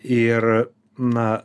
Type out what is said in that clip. ir na